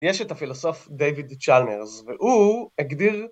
יש את הפילוסוף דיוויד צ'למרס, והוא הגדיר...